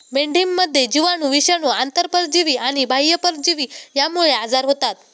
मेंढीमध्ये जीवाणू, विषाणू, आंतरपरजीवी आणि बाह्य परजीवी यांमुळे आजार होतात